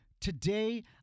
today